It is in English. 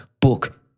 book